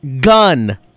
gun